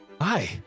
Hi